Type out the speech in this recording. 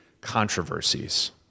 controversies